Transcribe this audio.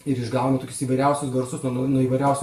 ir išgauna tokius įvairiausius garsus nuo nuo įvairiausių